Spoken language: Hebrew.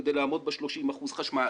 כדי לעמוד ב-30 אחוזים חשמל